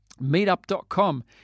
Meetup.com